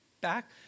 back